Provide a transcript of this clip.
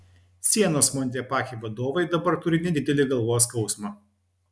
sienos montepaschi vadovai dabar turi nedidelį galvos skausmą